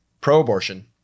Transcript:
Pro-abortion